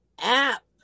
app